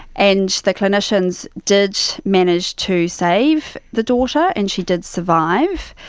and the clinicians did manage to save the daughter and she did survive.